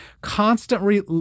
constantly